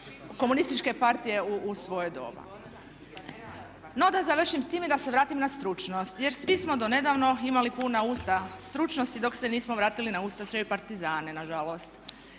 komunističke partije u svoje doba. No da završim sa time i da se vratim na stručnost jer svi smo donedavno imali puna usta stručnosti dok se nismo vratili na ustaše i partizane nažalost.